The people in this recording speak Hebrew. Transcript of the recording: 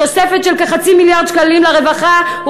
תוספת של כחצי מיליארד שקלים לרווחה,